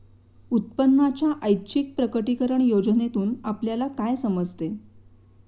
उत्पन्नाच्या ऐच्छिक प्रकटीकरण योजनेतून आपल्याला काय समजते?